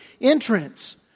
entrance